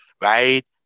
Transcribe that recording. Right